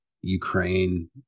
Ukraine